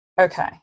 Okay